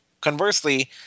conversely